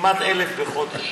כמעט 1,000 בחודש.